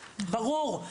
ברור,